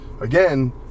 again